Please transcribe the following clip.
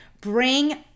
bring